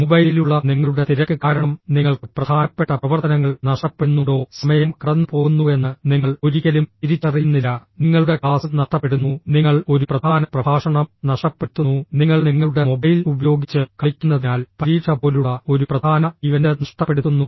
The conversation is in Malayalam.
മൊബൈലിലുള്ള നിങ്ങളുടെ തിരക്ക് കാരണം നിങ്ങൾക്ക് പ്രധാനപ്പെട്ട പ്രവർത്തനങ്ങൾ നഷ്ടപ്പെടുന്നുണ്ടോ സമയം കടന്നുപോകുന്നുവെന്ന് നിങ്ങൾ ഒരിക്കലും തിരിച്ചറിയുന്നില്ല നിങ്ങളുടെ ക്ലാസ് നഷ്ടപ്പെടുന്നു നിങ്ങൾ ഒരു പ്രധാന പ്രഭാഷണം നഷ്ടപ്പെടുത്തുന്നു നിങ്ങൾ നിങ്ങളുടെ മൊബൈൽ ഉപയോഗിച്ച് കളിക്കുന്നതിനാൽ പരീക്ഷ പോലുള്ള ഒരു പ്രധാന ഇവന്റ് നഷ്ടപ്പെടുത്തുന്നു